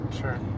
sure